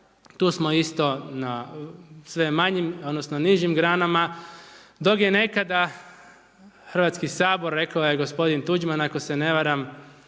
tu smo isto na sve manjim odnosno, nižim granama, dok je nekada Hrvatski sabor, rekao je gospodin Tuđman ako se ne varam